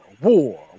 War